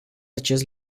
acest